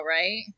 right